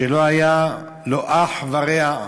שלא היה לו אח ורע,